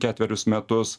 ketverius metus